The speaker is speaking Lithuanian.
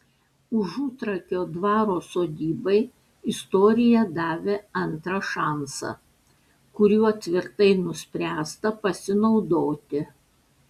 užutrakio dvaro sodybai istorija davė antrą šansą kuriuo tvirtai nuspręsta pasinaudoti